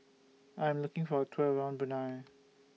I Am looking For A Tour around Brunei